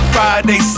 Friday